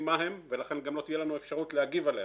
מה הם ולכן גם לא תהיה לנו אפשרות להגיב עליהם,